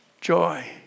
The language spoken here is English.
joy